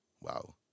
Wow